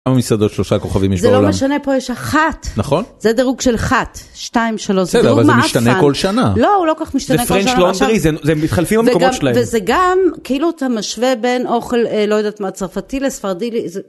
מסעדות שלושה כוכבים יש בעולם. זה לא משנה, פה יש אחת. נכון. זה דירוג של אחת, שתיים, שלוש, דירוג מעפן. אבל זה משתנה כל שנה. לא, הוא לא כל כך משתנה כל שנה. זה פרנצ'לונדרי, הם מתחלפים במקומות שלהם. וזה גם, כאילו אתה משווה בין אוכל, לא יודעת מה, צרפתי לספרדי.